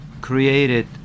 created